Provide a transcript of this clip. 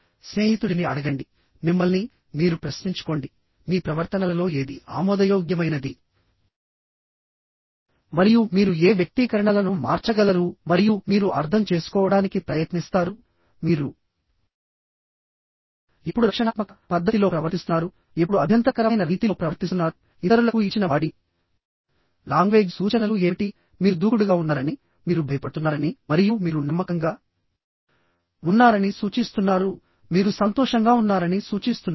స్నేహితుడిని అడగండి మిమ్మల్ని మీరు ప్రశ్నించుకోండి మీ ప్రవర్తనలలో ఏది ఆమోదయోగ్యమైనది మరియు మీరు ఏ వ్యక్తీకరణలను మార్చగలరు మరియు మీరు అర్థం చేసుకోవడానికి ప్రయత్నిస్తారు మీరు ఎప్పుడు రక్షణాత్మక పద్ధతిలో ప్రవర్తిస్తున్నారు ఎప్పుడు అభ్యంతరకరమైన రీతిలో ప్రవర్తిస్తున్నారు ఇతరులకు ఇచ్చిన బాడీ లాంగ్వేజ్ సూచనలు ఏమిటి మీరు దూకుడుగా ఉన్నారని మీరు భయపడుతున్నారని మరియు మీరు నమ్మకంగా ఉన్నారని సూచిస్తున్నారు మీరు సంతోషంగా ఉన్నారని సూచిస్తున్నారు